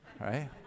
right